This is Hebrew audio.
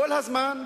כל הזמן,